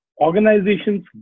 organizations